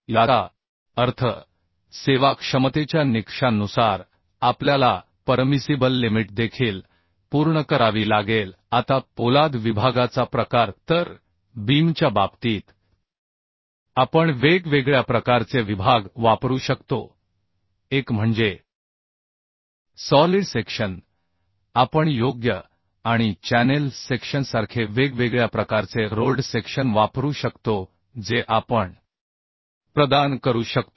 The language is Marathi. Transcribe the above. याचा अर्थ सेवाक्षमतेच्या निकषांनुसार आपल्याला परमिसिबल लिमिट देखील पूर्ण करावी लागेल आता पोलाद विभागाचा प्रकार तर बीमच्या बाबतीत आपण वेगवेगळ्या प्रकारचे विभाग वापरू शकतो एक म्हणजे सॉलिड सेक्शन आपण योग्य आणि चॅनेल सेक्शनसारखे वेगवेगळ्या प्रकारचे रोल्ड सेक्शन वापरू शकतो जे आपण प्रदान करू शकतो